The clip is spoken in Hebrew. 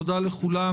תודה לכולם.